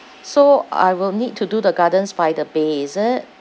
so I will need to do the gardens by the bay is it